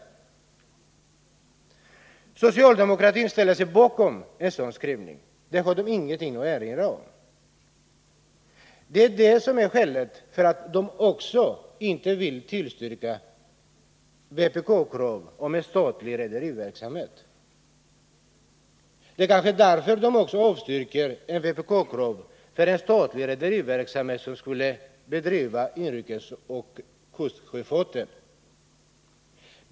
Socialdemokraterna ställer sig bakom en sådan skrivning — de har ingenting att erinra mot den. Det är det som är skälet till att de inte vill tillstyrka vpk-krav på en statlig rederiverksamhet. Det är kanske också det som är skälet till att de avstyrker vpk-krav på en statlig rederiverksamhet som skulle bedriva inrikesoch kustsjöfart.